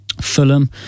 Fulham